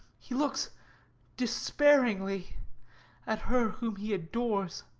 he looks despairingly at her whom he adores,